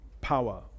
power